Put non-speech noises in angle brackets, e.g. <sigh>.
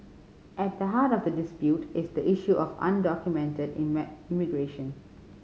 at the heart of the dispute is the issue of undocumented <unintelligible> immigration